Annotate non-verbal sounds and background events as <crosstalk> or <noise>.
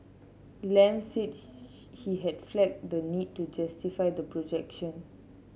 Lam said <unintelligible> he had flagged the need to justify the projection